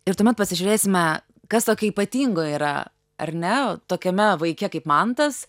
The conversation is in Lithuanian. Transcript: ir tuomet pasižiūrėsime kas tokio ypatingo yra ar ne tokiame vaike kaip mantas